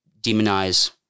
demonize